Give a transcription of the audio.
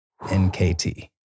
NKT